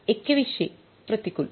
हे 2100 प्रतिकूल